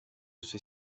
suoi